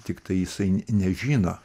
tiktai jisai nežino